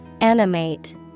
Animate